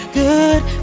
good